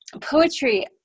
poetry